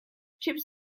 ships